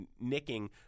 nicking